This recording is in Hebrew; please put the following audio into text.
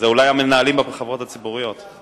זה אולי המנהלים בחברות הציבוריות...